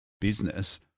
business